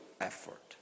effort